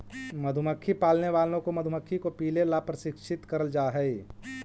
मधुमक्खी पालने वालों को मधुमक्खी को पीले ला प्रशिक्षित करल जा हई